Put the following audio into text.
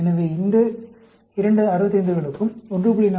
எனவே இந்த இரண்டு 65 களுக்கும் 1